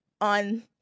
on